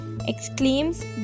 exclaims